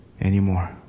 anymore